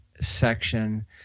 section